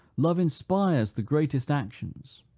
love inspires the greatest actions.